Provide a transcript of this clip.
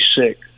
sick